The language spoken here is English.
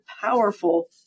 powerful